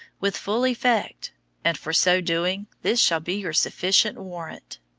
with full effect and for so doing this shall be your sufficient warrant.